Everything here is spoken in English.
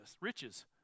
riches